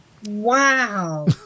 wow